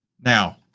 Now